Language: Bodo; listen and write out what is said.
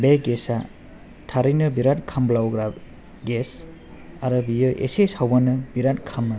बे गेसया थारैनो बिराथ खामब्लावग्रा गेस आरो बेये एसे सावबानो बिराद खामो